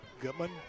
Goodman